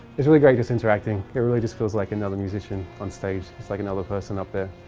it's really great just interacting, it really just feels like another musician on stage, it's like any other person up there.